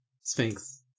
Sphinx